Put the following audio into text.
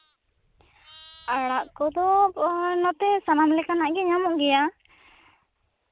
ᱟᱲᱟᱜ ᱠᱚᱫᱚ ᱱᱚᱛᱮ ᱥᱟᱱᱟᱢ ᱞᱮᱠᱟᱱᱟᱜᱮ ᱧᱟᱢᱚᱜ ᱜᱮᱭᱟ